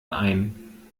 ein